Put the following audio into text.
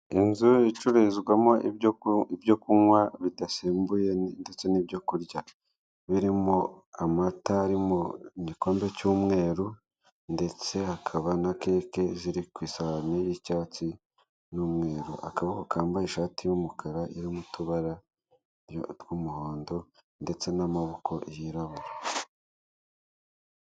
Inzu icururizwamo ibyo kunywa bidasembuye ndetse n'ibyo kurya. Birimo amata ari mu gikombe cy'umweru, ndetse hakaba na keke ziri ku isahani y'icyatsi n'umweru. Akaboko kambaye ishati y'umukara, irimo utubara tw'umuhondo, ndetse n'amaboko yirabura.